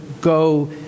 go